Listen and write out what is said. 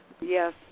Yes